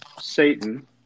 satan